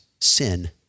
sin